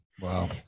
Wow